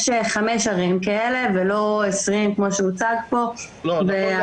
וגם יכול להיות